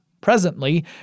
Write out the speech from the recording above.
Presently